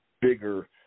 bigger